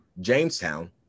Jamestown